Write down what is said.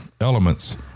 Elements